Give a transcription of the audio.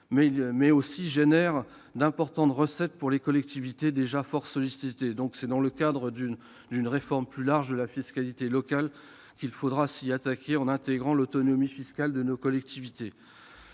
mais permettent d'importantes recettes pour les collectivités, déjà fort sollicitées. C'est donc dans le cadre d'une réforme plus large de la fiscalité locale qu'il faudra s'y attaquer en intégrant l'autonomie fiscale de nos collectivités.